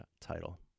title